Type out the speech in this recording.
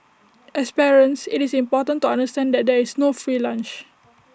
as parents IT is important to understand that there is no free lunch